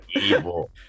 evil